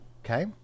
Okay